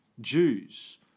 Jews